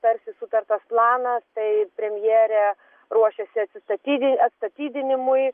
tarsi sutartas planas tai premjerė ruošiasi atsistatydi atstatydinimui